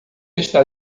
está